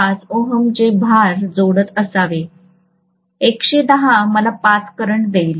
5 Ω चे भार जोडत असावे 110 मला 5 करंट देईल